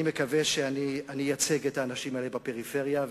אני מקווה שאני אייצג את האנשים האלה בפריפריה,